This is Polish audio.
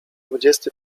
dwudziesty